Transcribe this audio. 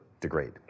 degrade